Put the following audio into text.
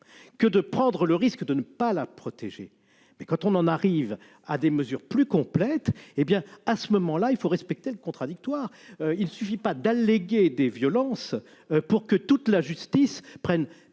que de prendre le risque de ne pas la protéger. Mais quand on en arrive à des mesures plus complètes, alors il faut respecter le contradictoire. Il ne suffit pas d'alléguer des violences pour déclencher des décisions